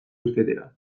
irtetera